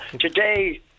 today